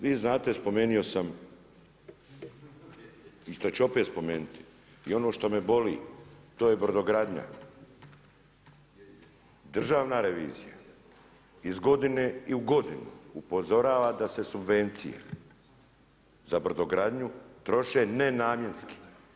Vi znate, spomenuo sam i šta ću opet spomenuti i ono što me boli, to je brodogradnja, državna revizija iz godine u godinu upozorava da se subvencije za brodogradnju troše nenamjenski.